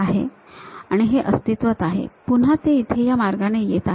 तर इथे मटेरियल अस्तित्वात आहे आणि पुन्हा ते इथे या मार्गाने येत आहे